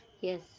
yes